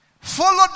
Follow